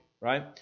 right